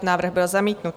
Návrh byl zamítnut.